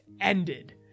ended